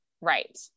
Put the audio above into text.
Right